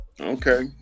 Okay